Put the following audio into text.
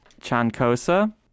Chancosa